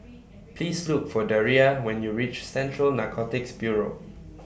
Please Look For Daria when YOU REACH Central Narcotics Bureau